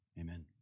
amen